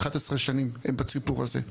11 שנים הם בסיפור הזה.